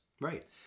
Right